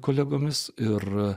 kolegomis ir